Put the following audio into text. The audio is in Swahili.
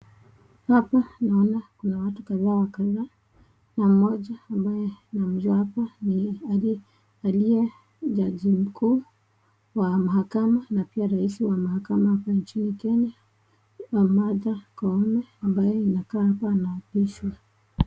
Hapa naona kuna watu kadhaa wa kadhaa na mmoja ambaye namjua hapa ni alie jaji mkuu wa mahakama na pia rais wa mahakama hapa nchini Kenya, Martha Koome ambayo ina kaa hapa ana apishwa.